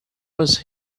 was